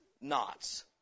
knots